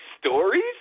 stories